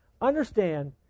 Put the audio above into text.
understand